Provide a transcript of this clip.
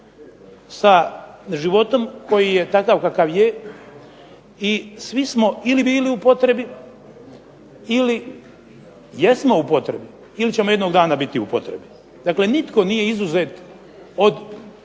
sa životom koji je takav kakav je i svi smo ili bili u potrebi, ili jesmo u potrebi, ili ćemo jednog dana biti u potrebi. Dakle nitko nije izuzet od